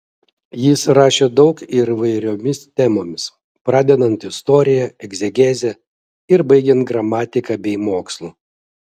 jis rašė daug ir įvairiomis temomis pradedant istorija egzegeze ir baigiant gramatika bei mokslu